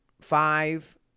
five